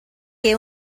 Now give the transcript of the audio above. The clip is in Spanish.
que